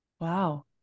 Wow